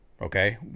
okay